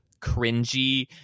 cringy